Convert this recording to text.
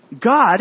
God